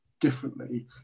differently